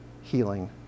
healing